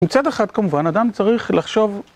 מצד אחד, כמובן, אדם צריך לחשוב...